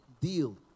deal